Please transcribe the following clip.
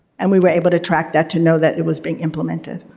and we were able to track that to know that it was being implemented.